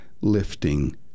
lifting